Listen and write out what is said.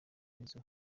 inzu